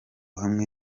hamwe